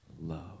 love